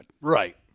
Right